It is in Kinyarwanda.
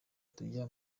tujya